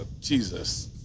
Jesus